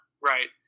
Right